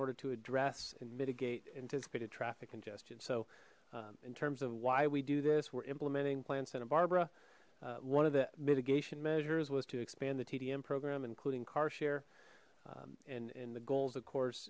order to address and mitigate anticipated traffic congestion so in terms of why we do this we're implementing plan santa barbara one of the mitigation measures was to expand the tdm program including car share and and the goals of course